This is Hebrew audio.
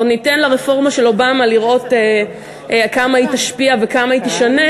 עוד ניתן לרפורמה של אובמה לראות כמה היא תשפיע וכמה היא תשנה,